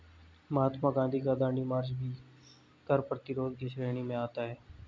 महात्मा गांधी का दांडी मार्च भी कर प्रतिरोध की श्रेणी में आता है